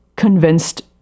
convinced